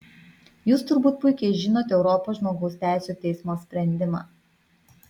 jūs turbūt puikiai žinot europos žmogaus teisių teismo sprendimą